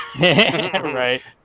right